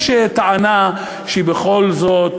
יש טענה שבכל זאת,